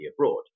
abroad